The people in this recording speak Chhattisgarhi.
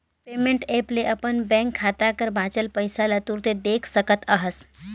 पेमेंट ऐप ले अपन बेंक खाता कर बांचल पइसा ल तुरते देख सकत अहस